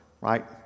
right